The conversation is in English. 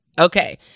Okay